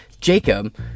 Jacob